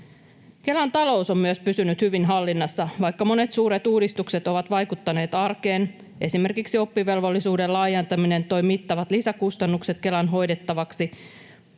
Kelan talous on myös pysynyt hyvin hallinnassa, vaikka monet suuret uudistukset ovat vaikuttaneet arkeen. Esimerkiksi oppivelvollisuuden laajentaminen toi mittavat lisäkustannukset Kelan hoidettavaksi